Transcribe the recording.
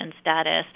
status